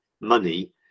money